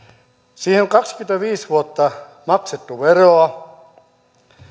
eli on kaksikymmentäviisi vuotta maksettu veroa